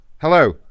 Hello